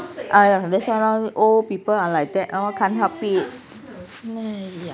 !aiya! that's why lor old people are like that can't help it